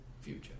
future